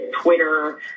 Twitter